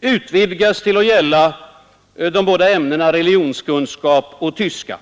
utvidgas till att gälla de båda ämnena religionskunskap och tyska.